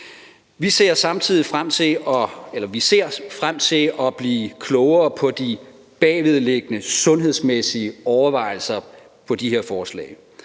Vi ser frem til at blive klogere på de bagvedliggende sundhedsmæssige overvejelser på de her forslag,